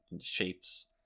shapes